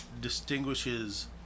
distinguishes